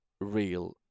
real